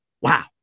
Wow